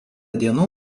dienų